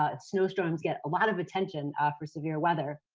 ah snow storms, get a lot of attention ah for severe weather.